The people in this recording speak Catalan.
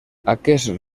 aquest